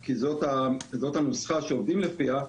כי זאת הנוסחה שעובדים לפיה,